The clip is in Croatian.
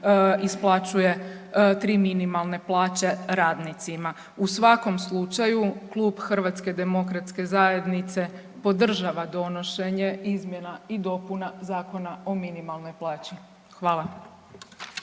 isplaćuje 3 minimalne plaće radnicima. U svakom slučaju, Klub HDZ-a podržava donošenje Izmjena i dopuna Zakona o minimalnoj plaći. Hvala.